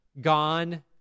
gone